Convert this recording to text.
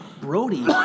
Brody